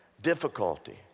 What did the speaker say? difficulty